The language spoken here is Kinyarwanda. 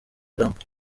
trump